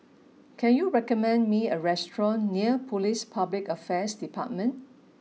can you recommend me a restaurant near Police Public Affairs Department